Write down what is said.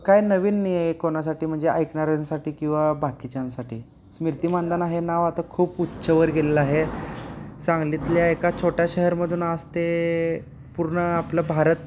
काय नवीन नाही आहे कोणासाठी म्हणजे ऐकणाऱ्यांसाठी किंवा बाकीच्यांसाठी स्मृती मानधना हे नाव आता खूप उंचीवर गेलेलं आहे सांगलीतल्या एका छोट्या शहरामधून आज ते पूर्ण आपलं भारत